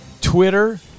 twitter